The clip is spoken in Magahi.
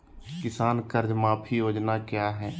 किसान कर्ज माफी योजना क्या है?